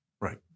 Right